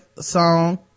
song